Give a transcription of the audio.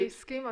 --- 2-,